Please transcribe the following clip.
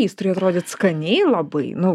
jis turėjo atrodyt skaniai labai nu